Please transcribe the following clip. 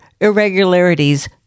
irregularities